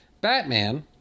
Batman